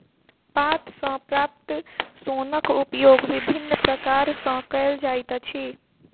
पात सॅ प्राप्त सोनक उपयोग विभिन्न प्रकार सॅ कयल जाइत अछि